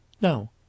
Now